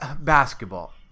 basketball